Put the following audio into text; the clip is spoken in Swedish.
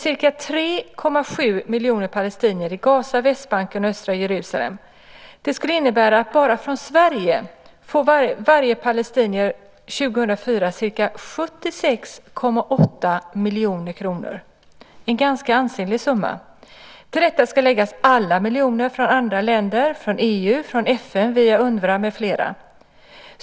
Det är en ganska ansenlig summa. Till detta ska läggas alla miljoner från andra länder - EU, FN via UNRWA med flera.